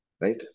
Right